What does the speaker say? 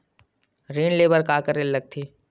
ऋण ले बर का करे ला लगथे?